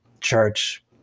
Church